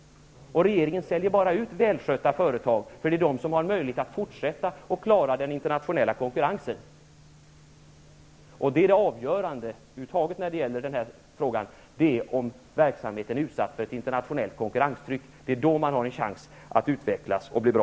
Regeringen säljer bara ut välskötta företag, för det är de som har möjlighet att fortsätta att klara den internationella konkurrensen. Det avgörande i den frågan är om verksamheten är utsatt för ett internationellt konkurrenstryck. Det är då företagen har en chans att utvecklas och bli bra.